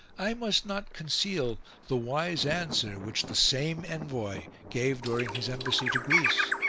i must not conceal the wise answer which the same envoy gave during his embassy to greece.